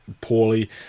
poorly